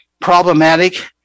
problematic